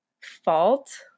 fault